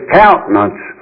countenance